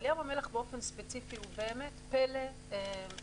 אבל ים המלח באופן ספציפי הוא באמת פלא תבל,